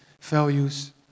values